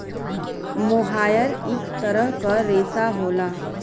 मोहायर इक तरह क रेशा होला